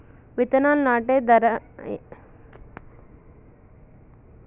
విత్తనాలు నాటే యంత్రం ధర ఎంత అది రైతులకు అందుబాటులో ఉందా?